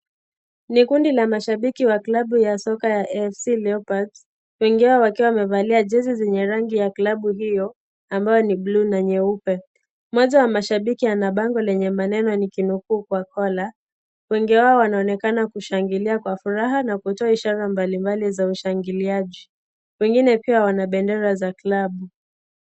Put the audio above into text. Ni kundi la mashabiki wa klabu ya soka ya AFC Leopards, kuingia wakiwa wamevalia jezi zenye rangi ya klabu hiyo, ambayo ni bluu na nyeupe. Mmoja wa mashabiki ana bango lenye maneno nikinukuu kwa Kwakhola. Wengi wao wanaonekana kushangilia kwa furaha na kutoa ishara mbalimbali za ushangiliaji. Wengine pia wana bendera za klabu.